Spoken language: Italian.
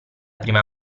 prima